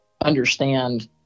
understand